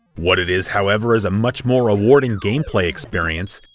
what it is however is a much more rewarding gameplay experience,